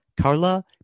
Carla